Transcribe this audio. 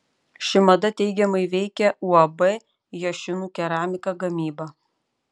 ši mada teigiamai veikia uab jašiūnų keramika gamybą